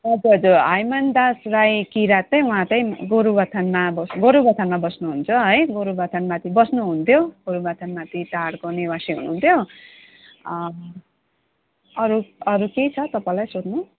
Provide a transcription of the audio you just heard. हजुर हजुर हायमनदास राई किराँत चाहिँ उहाँ चाहिँ गोरुबथानमा अब गोरुबथानमा बस्नुहुन्छ है गोरुबथान माथि बस्नुहुन्थ्यो गोरुबथान माथि टारको निवासी हुनुहुन्थ्यो अरू अरू केही छ तपाईँलाई सोध्नु